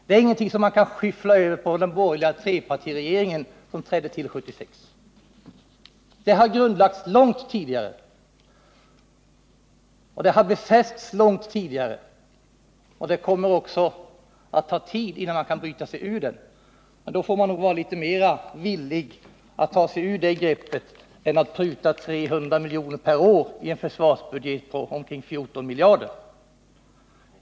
Det är ingenting som man kan skyffla över på den borgerliga trepartiregering som trädde till 1976. Försvarspolitiken har grundlagts långt tidigare, den har befästs långt tidigare, och det kommer också att ta tid innan man kan bryta sig ur den. Men då får man nog vara litet mer villig att ta sig ur greppet än vad man visar genom att pruta 300 milj.kr. per år i en försvarsbudget på omkring 14 miljarder.